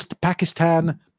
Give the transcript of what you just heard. Pakistan